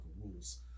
rules